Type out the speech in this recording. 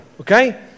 okay